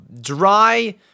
dry